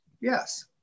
yes